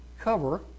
cover